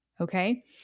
Okay